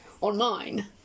online